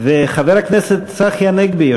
חבר הכנסת צחי הנגבי,